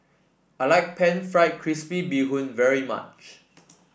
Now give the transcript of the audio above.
I like pan fried crispy Bee Hoon very much